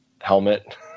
Helmet